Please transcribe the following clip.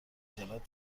خجالت